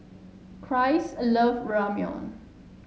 Christ loves Ramyeon